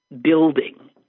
building